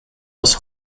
aus